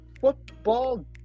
football